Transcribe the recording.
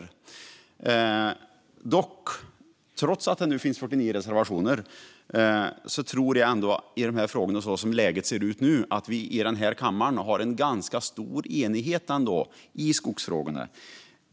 Trots detta tror jag att vi i denna kammare, som läget ser ut nu, har en ganska stor enighet i skogsfrågorna.